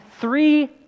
three